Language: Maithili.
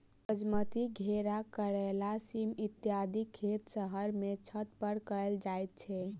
सजमनि, घेरा, करैला, सीम इत्यादिक खेत शहर मे छत पर कयल जाइत छै